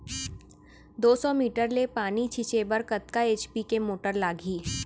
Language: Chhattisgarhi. दो सौ मीटर ले पानी छिंचे बर कतका एच.पी के मोटर लागही?